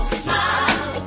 smile